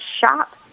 shop